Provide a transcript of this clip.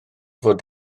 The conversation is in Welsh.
fod